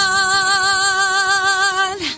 God